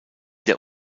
der